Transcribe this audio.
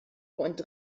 und